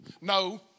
No